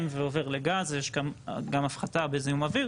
ועובר לגזר ויש כאן גם הפחתה בזיהום אוויר,